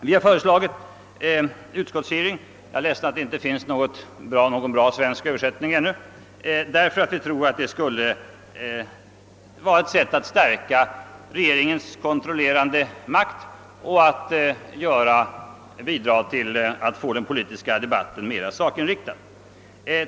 Vi har föreslagit utskottshearings — jag är ledsen över att det ännu inte finns någon bra svensk översättning — därför att vi tror att det skulle vara ett sätt att stärka regeringens kontrollerande makt och bidra till att få den politiska debatten mera sakinriktad.